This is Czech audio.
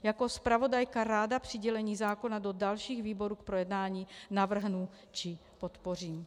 Jako zpravodajka ráda přidělení zákona do dalších výborů k projednání navrhnu či podpořím.